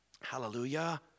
Hallelujah